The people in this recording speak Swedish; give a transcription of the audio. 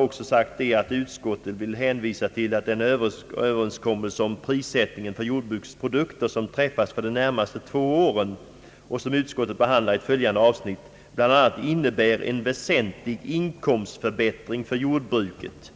Reservanterna vill vidare hänvisa till en överenskommelse om prissättningen för jordbrukets produkter, som träffats för de närmaste två åren och som enligt reservanterna bl.a. innebär »en väsentlig inkomstförbättring för jordbruket».